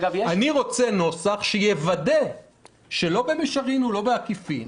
אני רוצה נוסח שיוודא שלא במישרין ולא בעקיפין,